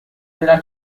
della